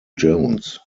jones